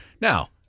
Now